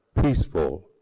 peaceful